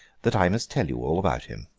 that i must tell you all about him.